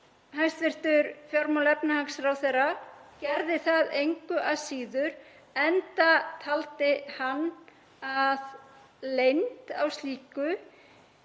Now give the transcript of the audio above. hæstv. fjármála- og efnahagsráðherra gerði það engu að síður enda taldi hann að leynd á slíku